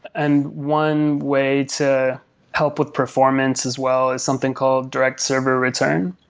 and one way to help with performance as well is something called direct server return,